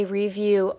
review